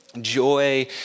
joy